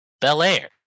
bel-air